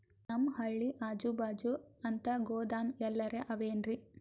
ನಮ್ ಹಳ್ಳಿ ಅಜುಬಾಜು ಅಂತ ಗೋದಾಮ ಎಲ್ಲರೆ ಅವೇನ್ರಿ?